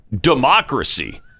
democracy